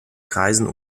kreisen